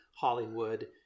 Hollywood